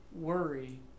worry